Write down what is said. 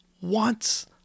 wants